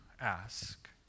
ask